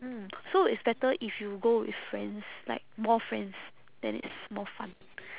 mm so it's better if you go with friends like more friends then it's more fun